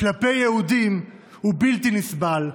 כלפי יהודים הוא בלתי נסבל.